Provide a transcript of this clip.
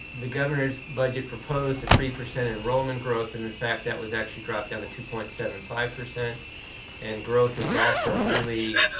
the governor's budget proposed a three percent enrollment growth and, in fact, that was actually dropped down to two point seven five. and growth is also really